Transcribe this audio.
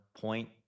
point